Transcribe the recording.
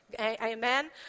Amen